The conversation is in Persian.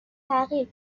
تغییر